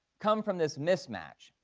come from this mismatch.